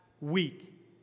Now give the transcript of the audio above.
week